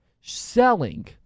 Selling